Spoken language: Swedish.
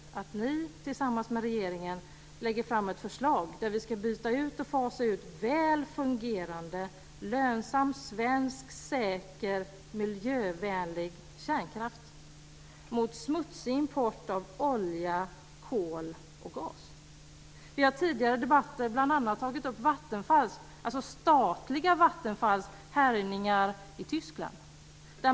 Ni lägger tillsammans med regeringen ett förslag där vi ska byta ut och fasa ut väl fungerande, lönsam, svensk, säker, miljövänlig kärnkraft mot smutsig import av olja, kol och gas. Vi har tidigare i debatter bl.a. tagit upp statliga Vattenfalls härjningar i Tyskland.